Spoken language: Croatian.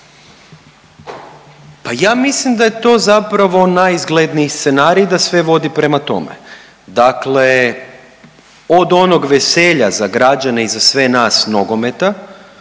Pa ja mislim da je to zapravo najizgledniji scenarij, da sve vodi prema tome. Dakle od onog veselja za građane i za sve nas nogometa,